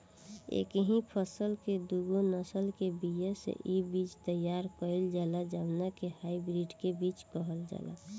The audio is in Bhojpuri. एकही फसल के दूगो नसल के बिया से इ बीज तैयार कईल जाला जवना के हाई ब्रीड के बीज कहल जाला